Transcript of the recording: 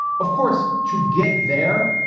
of course, to get there.